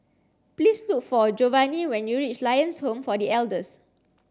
please look for Jovanni when you reach Lions Home for The Elders